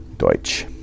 Deutsch